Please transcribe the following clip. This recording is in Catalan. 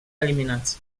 eliminats